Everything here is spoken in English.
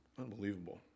Unbelievable